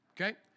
Okay